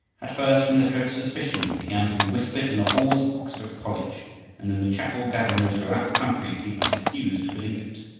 at first, when the dread suspicion began to be whispered in the halls of oxford college and in the chapel gatherings throughout the country, people refused to believe it.